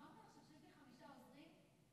ביטן, אמרת עכשיו שיש לי חמישה עוזרים?